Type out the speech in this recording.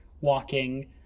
walking